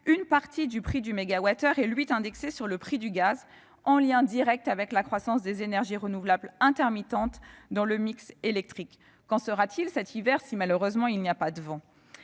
une partie du prix du mégawattheure est, elle, indexée sur le prix du gaz, en lien direct avec la croissance des énergies renouvelables intermittentes dans le mix électrique. Qu'en sera-t-il cet hiver si, malheureusement, il n'y a pas de vent ?